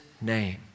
name